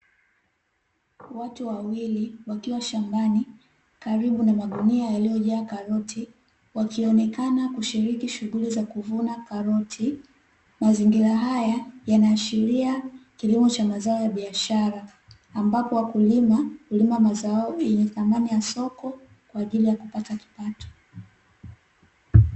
Watu wawili wakiwa shambani karibu na magunia yaliyojaa karoti, wakionekana kushiriki shughuli za kuvuna karoti. Mazingira haya yanaashiria kilimo cha mazao ya biashara, ambapo wakulima hulima mazao yenye thamani ya soko kwa ajili ya kupata kipato.